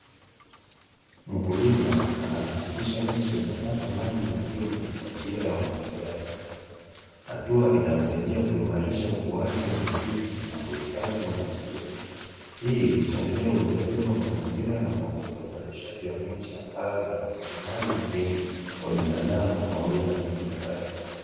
Mkulima anahakikisha miche inapata maji muhimu kwa njia ya umwagiliaji, hatua inayosaidia kuimarisha ukuaji wa misitu na kuhifadhi mazingira, hii huchangia uendelevu wa mazingira na kuongeza uzalishaji wa miti ambayo ni rasilimali muhimu kwa binadamu pamoja na viumbe hai.